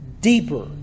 deeper